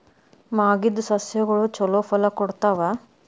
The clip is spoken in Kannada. ಮಾಗಿದ್ ಸಸ್ಯಗಳು ಛಲೋ ಫಲ ಕೊಡ್ತಾವಾ?